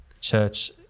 Church